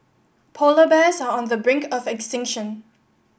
polar bears are on the brink of extinction